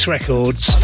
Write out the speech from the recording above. Records